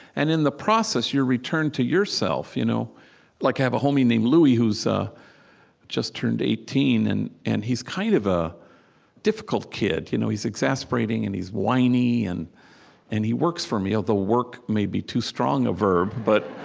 and in the process, you're returned to yourself you know like i have a homie named louie, who's ah just turned eighteen, and and he's kind of a difficult kid. you know he's exasperating, and he's whiny. and and he works for me, although work may be too strong a verb but